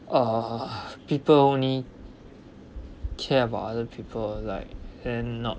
uh people only care about other people like and not